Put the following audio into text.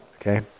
okay